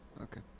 Okay